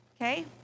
okay